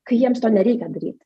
kai jiems to nereikia daryt